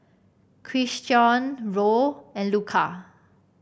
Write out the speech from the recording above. Christion Roll and Luka